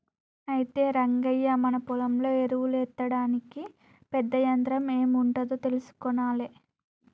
అయితే రంగయ్య మన పొలంలో ఎరువులు ఎత్తడానికి పెద్ద యంత్రం ఎం ఉంటాదో తెలుసుకొనాలే